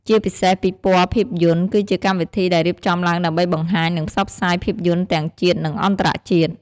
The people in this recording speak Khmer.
ជាពិសេសពិព័រណ៍ភាពយន្ត គឺជាកម្មវិធីដែលរៀបចំឡើងដើម្បីបង្ហាញ និងផ្សព្វផ្សាយភាពយន្តទាំងជាតិ និងអន្តរជាតិ។